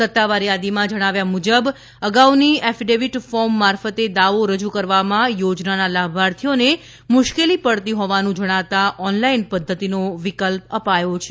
સત્તાવાર યાદીમાં જણાવ્યા મુજબ અગાઉની એફિડેવીટ ફોર્મ મારફતે દાવો રજૂ કરવામાં યોજનાના લાભાર્થીઓને મુશ્કેલી પડતી હોવાનું જણાતા ઓનલાઈન પદ્વતીનો વિકલ્પ અપાયો છે